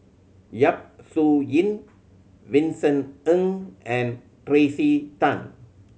Yap Su Yin Vincent Ng and Tracey Tan